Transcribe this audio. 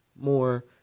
more